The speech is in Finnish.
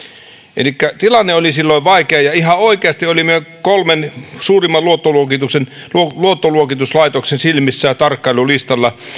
elikkä tilanne oli silloin vaikea ja ihan oikeasti olimme kolmen suurimman luottoluokituslaitoksen silmissä tarkkailulistalla